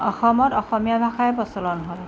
অসমত অসমীয়া ভাষাই প্ৰচলন হয়